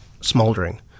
smouldering